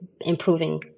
improving